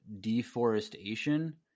deforestation –